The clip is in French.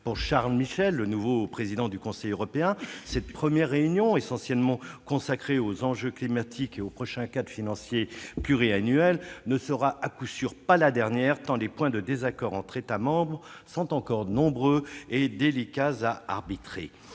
Pour Charles Michel, le nouveau président du Conseil européen, cette première réunion, essentiellement consacrée aux enjeux climatiques et au prochain cadre financier pluriannuel, ne sera à coup sûr pas la dernière, tant les points de désaccord entre États membres sont encore nombreux et délicats à arbitrer.